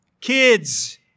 kids